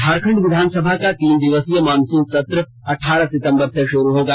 झारखंड विधानसभा का तीन दिवसीय मॉनसून सत्र अठारह सितंबर से शुरू होगा